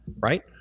right